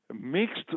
mixed